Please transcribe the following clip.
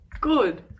Good